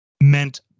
meant